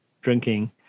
drinking